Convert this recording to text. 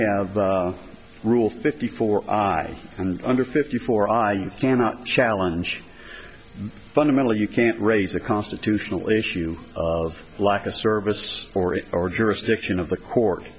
have ruled fifty four and under fifty four i cannot challenge fundamentally you can't raise the constitutional issue of lack of service or or jurisdiction of the court